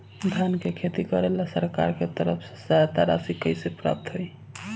धान के खेती करेला सरकार के तरफ से सहायता राशि कइसे प्राप्त होइ?